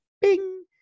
bing